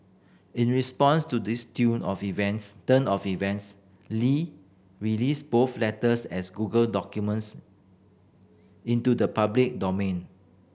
in response to this of events turn of events Li released both letters as Google documents into the public domain